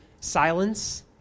silence